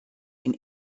dem